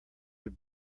have